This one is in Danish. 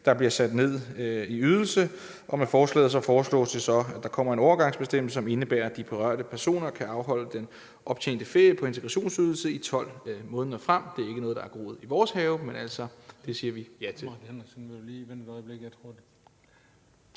der bliver sat ned i ydelse. Med forslaget foreslås det så, at der kommer en overgangsbestemmelse, som indebærer, at de berørte personer kan afholde den optjente ferie på integrationsydelse i 12 måneder frem. Det er ikke noget, der er groet i vores have, men det siger vi ja til.